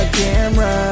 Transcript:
camera